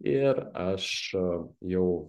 ir aš jau